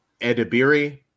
Edibiri